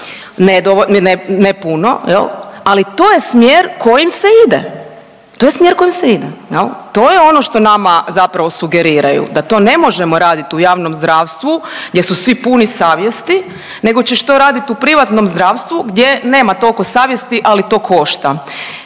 se ide. To je smjer kojim se ide jel, to je ono što nama zapravo sugeriraju da to ne možemo raditi u javnom zdravstvu gdje su svi puni savjesti nego ćeš to raditi u privatnom zdravstvu gdje nema toliko savjesti, ali to košta.